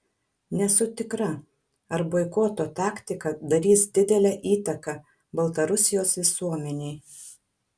nesu tikra ar boikoto taktika darys didelę įtaką baltarusijos visuomenei